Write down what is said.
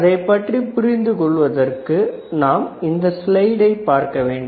அதைப்பற்றி புரிந்து கொள்வதற்கு நாம் இந்த ஸ்லைடை பார்க்க வேண்டும்